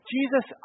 Jesus